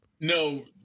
No